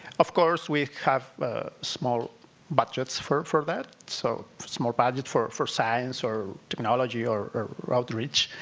of course, we have small budgets for for that, so small budget for for science, or technology, or or outreach.